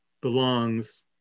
belongs